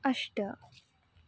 अष्ट